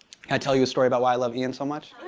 i tell you a story about why i love ian so much?